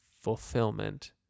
fulfillment